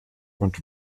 und